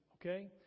okay